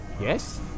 Yes